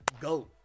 Go